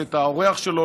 ואת האורח שלו,